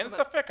אין ספק.